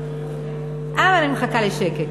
אני מחכה לשקט.